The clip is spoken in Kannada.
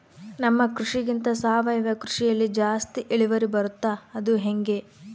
ನಮ್ಮ ಕೃಷಿಗಿಂತ ಸಾವಯವ ಕೃಷಿಯಲ್ಲಿ ಜಾಸ್ತಿ ಇಳುವರಿ ಬರುತ್ತಾ ಅದು ಹೆಂಗೆ?